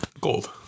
gold